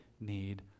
need